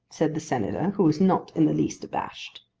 said the senator, who was not in the least abashed.